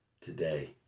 today